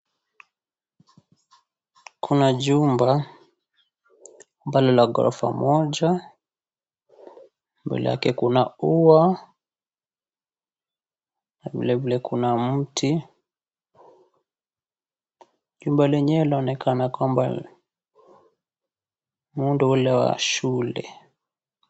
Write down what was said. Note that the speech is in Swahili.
Kuna jumba ambalo ni la ghorofa moja mbele yake kuna ua vilevile kuna mti chumba lenyewe laonekana kwamba muundo ule wa shule.